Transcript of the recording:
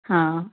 हा